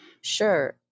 Sure